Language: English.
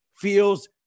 feels